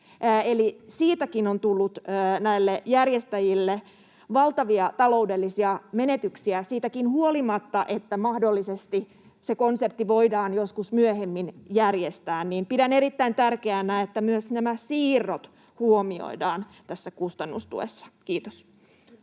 siitäkin on tullut näille järjestäjille valtavia taloudellisia menetyksiä siitäkin huolimatta, että mahdollisesti se konsertti voidaan joskus myöhemmin järjestää. Pidän erittäin tärkeänä, että myös nämä siirrot huomioidaan tässä kustannustuessa. — Kiitos.